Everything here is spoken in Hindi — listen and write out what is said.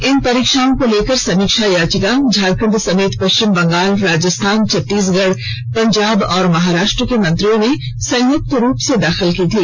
इन परीक्षाओं को लेकर समीक्षा याचिका झारखंड समेत पश्चिम बंगाल राजस्थान छत्तीसगढ पंजाब और महाराष्ट्र के मंत्रियों ने संयुक्त रूप से दाखिल की थी